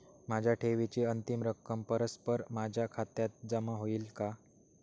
माझ्या ठेवीची अंतिम रक्कम परस्पर माझ्या खात्यात जमा होईल का?